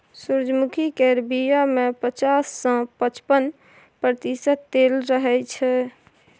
सूरजमुखी केर बीया मे पचास सँ पचपन प्रतिशत तेल रहय छै